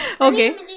Okay